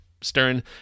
Stern